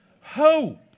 hope